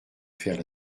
offerts